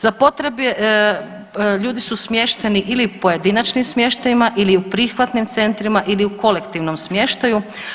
Za potrebe, ljudi su smješteni ili u pojedinačnim smještajima ili u prihvatnim centrima ili u kolektivnom smještaju.